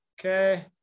Okay